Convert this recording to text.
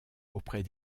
auprès